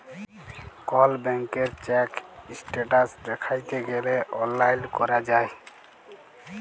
call ব্যাংকের check status দ্যাইখতে গ্যালে অললাইল ক্যরা যায়